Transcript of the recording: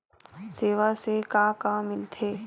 सेवा से का का मिलथे?